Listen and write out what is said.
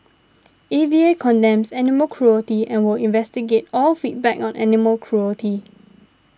A V A condemns animal cruelty and will investigate all feedback on animal cruelty